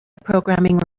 programming